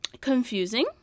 confusing